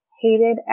hated